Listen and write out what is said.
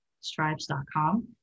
stripes.com